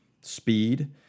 speed